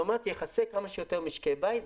כלומר יכסה כמה שיותר משקי בית.